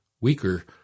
weaker